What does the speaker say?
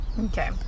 Okay